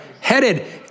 headed